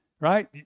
right